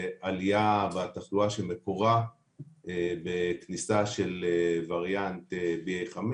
עלייה בתחלואה שמקורה בכניסה של וריאנט BA.5,